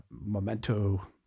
Memento